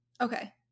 Okay